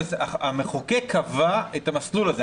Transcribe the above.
המחוקק קבע את המסלול הזה,